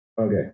Okay